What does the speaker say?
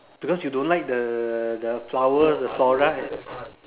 because you don't like the the flower the flora and